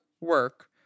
Work